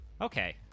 Okay